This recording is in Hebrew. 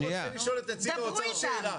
אני רוצה לשאול את נציג האוצר שאלה.